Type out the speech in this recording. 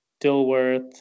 Dilworth